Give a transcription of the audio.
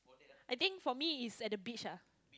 I think for me is at the beach ah